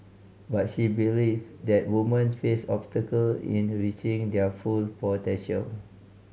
but she believe that women face obstacle in reaching their full potential